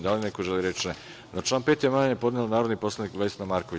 Da li neko želi reč? (Ne.) Na član 5. amandman je podnela narodni poslanik Vesna Marković.